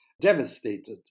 devastated